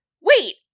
Wait